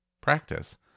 practice